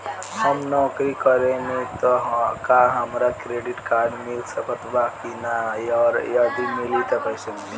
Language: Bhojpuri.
हम नौकरी करेनी त का हमरा क्रेडिट कार्ड मिल सकत बा की न और यदि मिली त कैसे मिली?